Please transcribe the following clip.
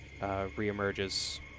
reemerges